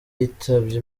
yitabye